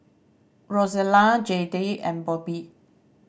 Rozella Jayde and Bobby